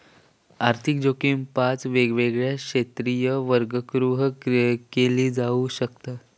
आर्थिक जोखीम पाच वेगवेगळ्या श्रेणींत वर्गीकृत केली जाऊ शकता